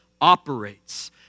operates